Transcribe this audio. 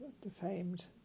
defamed